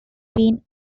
been